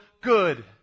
good